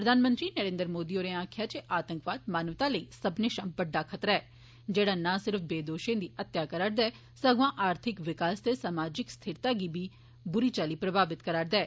प्रधानमंत्री नरेन्द्र मोदी होरें आक्खेआ ऐ जे आतंकवाद मानवता लेई सब्बनें षा बड्डा खतरा ऐ जेहड़ा ना सिर्फ बेदोषें दी हत्या करा दा ऐ सगुआं आर्थिक विकास ते सामाजिक स्थिरता गी बी बुरी चाल्ली प्रभावत करा दा ऐ